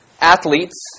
athletes